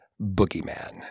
boogeyman